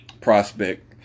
prospect